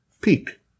peak